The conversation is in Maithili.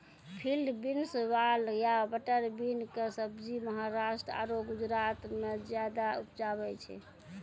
फील्ड बीन्स, वाल या बटर बीन कॅ सब्जी महाराष्ट्र आरो गुजरात मॅ ज्यादा उपजावे छै